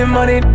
Money